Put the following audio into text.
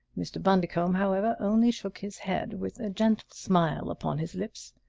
mr. bundercombe, however, only shook his head, with a gentle smile upon his lips.